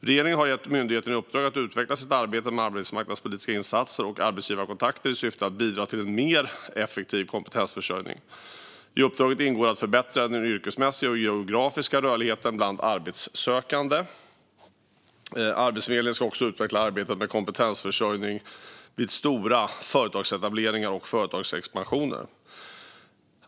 Regeringen har gett myndigheten i uppdrag att utveckla sitt arbete med arbetsmarknadspolitiska insatser och arbetsgivarkontakter i syfte att bidra till en mer effektiv kompetensförsörjning. I uppdraget ingår att förbättra den yrkesmässiga och geografiska rörligheten bland arbetssökande. Arbetsförmedlingen ska också utveckla arbetet med kompetensförsörjning vid stora företagsetableringar och företagsexpansioner.